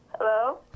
Hello